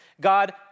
God